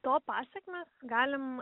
to pasekmes galim